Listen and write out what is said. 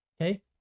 okay